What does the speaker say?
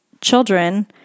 children